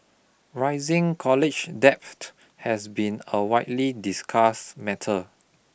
rising college debt has been a widely discuss matter